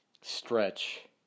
stretch